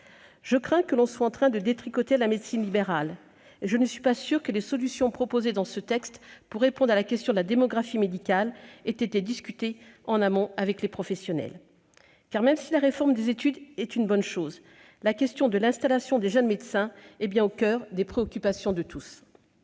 Je crains que l'on ne soit en train de détricoter la médecine libérale, et je ne suis pas sûre que les solutions proposées dans ce texte pour répondre à la question de la démographie médicale aient été discutées en amont avec les professionnels. Car, si la réforme des études est une bonne chose, elle ne règle pas la question de l'installation des jeunes médecins, qui est bien au coeur des préoccupations de tous.